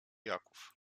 jaków